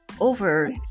over